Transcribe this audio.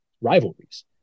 rivalries